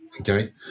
okay